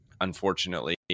unfortunately